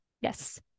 yes